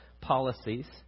policies